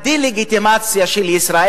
מי שעושה את הדה-לגיטימציה של ישראל,